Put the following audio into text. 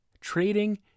Trading